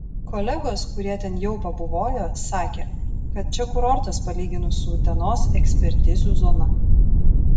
kolegos kurie ten jau pabuvojo sakė kad čia kurortas palyginus su utenos ekspertizių zona